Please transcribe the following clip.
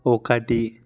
ఒకటి